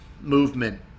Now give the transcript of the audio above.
movement